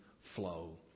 flow